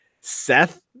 Seth